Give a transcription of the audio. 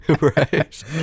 Right